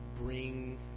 bring